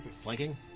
Flanking